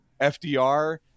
FDR